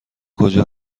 کجا